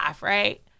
right